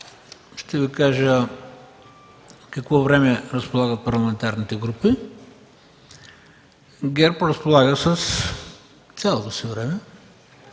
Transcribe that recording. ще Ви съобщя с какво време разполагат парламентарните групи: ГЕРБ разполага с цялото си време,